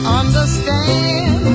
understand